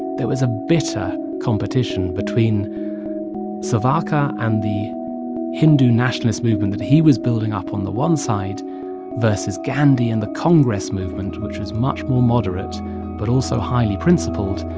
there was a bitter competition between savarkar and the hindu nationalist movement that he was building up on the one side versus gandhi and the congress movement, which was much more moderate but also highly principled,